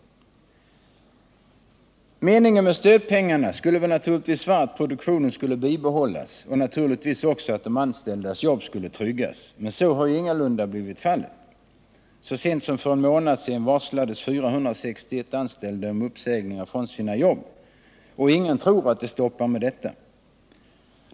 Meningen med stödpengarna skulle naturligtivs ha varit att man kunde bibehålla produktionen och att de anställdas jobb skulle tryggas. Men så har ingalunda blivit fallet. Så sent som för en månad sedan varslades 460 anställda om uppsägningar från sina jobb. Ingen tror att det stoppar med detta.